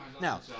Now